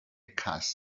cast